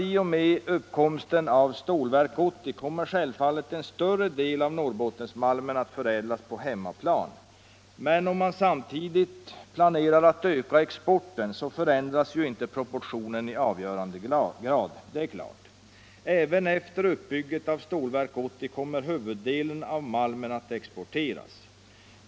I och med tillkomsten av Stålverk 80 kommer självfallet en större del av Norrbottensmalmen att förädlas på hemmaplan. Men om man samtidigt planerar att öka exporten förändras ju inte proportionen i avgörande grad. Även efter uppbyggandet av Stålverk 80 kommer huvuddelen av malmen att exporteras.